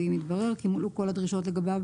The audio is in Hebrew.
ואם יתברר כי מולאו כל הדרישות לגביו,